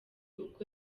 ubwo